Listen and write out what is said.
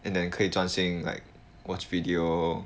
and then 可以专心 like watch video